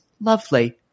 lovely